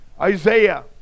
Isaiah